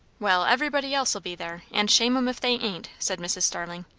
well, everybody else'll be there, and shame em if they ain't, said mrs. starling.